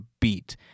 beat